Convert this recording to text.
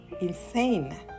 Insane